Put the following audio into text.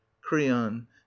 creon